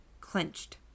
clenched